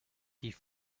die